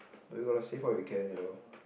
we got to save what we can you know